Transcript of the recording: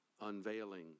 unveiling